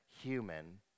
human